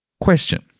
Question